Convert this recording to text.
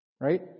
right